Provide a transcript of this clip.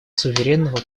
суверенного